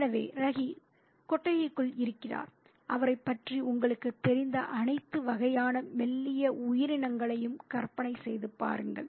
எனவே ரவி கொட்டகைக்குள் இருக்கிறார் அவரைப் பற்றி உங்களுக்குத் தெரிந்த அனைத்து வகையான மெல்லிய உயிரினங்களையும் கற்பனை செய்து பாருங்கள்